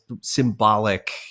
symbolic